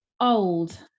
old